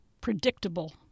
Predictable